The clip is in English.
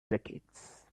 decades